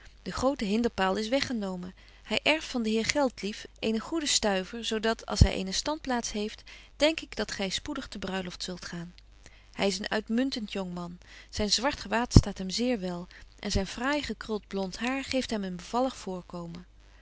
de grote hinderpaal is weggenomen hy erft van den heer geldlief eene goede stuiver zo dat als hy eene standplaats heeft denk ik dat gy spoedig te bruiloft zult gaan hy is een uitmuntent jongman zyn zwart gewaad staat hem zeer wel en zyn fraai gekrult blont hair geeft hem een bevallig voorkomen